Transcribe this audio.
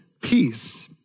peace